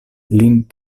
lin